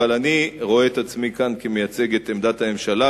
אבל אני רואה את עצמי כאן כמייצג את עמדת הממשלה,